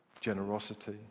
generosity